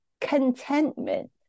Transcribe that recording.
contentment